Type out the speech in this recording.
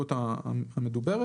הפעילות המדוברת.